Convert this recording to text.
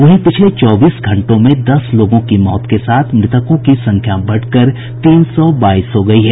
वहीं पिछले चौबीस घंटों में दस लोगों की मौत के साथ मृतकों की संख्या बढ़कर तीन सौ बाईस हो गयी है